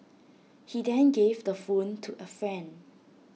he then gave the phone to A friend